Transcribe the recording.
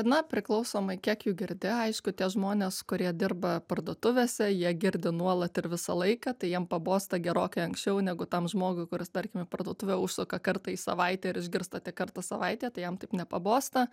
na priklausomai kiek jų girdi aišku tie žmonės kurie dirba parduotuvėse jie girdi nuolat ir visą laiką tai jiem pabosta gerokai anksčiau negu tam žmogui kuris tarkim į parduotuvę užsuka kartą į savaitę ir išgirsta tik kartą į savaitę tai jam taip nepabosta